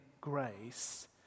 grace